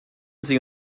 sie